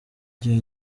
gihe